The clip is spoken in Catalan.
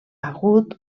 hagut